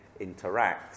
interacts